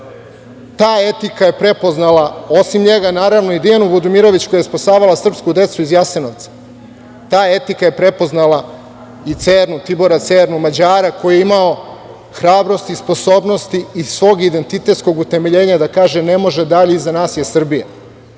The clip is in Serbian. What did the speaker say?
Ta etika je prepoznala, osim njega, i Dijanu Budimirović, koja je spasavala srpsku decu iz Jasenovca. Ta etika je prepoznala Tibora Cernu, Mađara, koji je imao hrabrosti i sposobnosti i svog identitetskog utemeljenja da kaže - ne može dalje, iza nas je Srbija. Dakle,